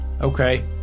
okay